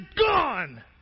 gone